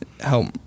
help